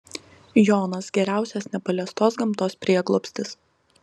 jonas geriausias nepaliestos gamtos prieglobstis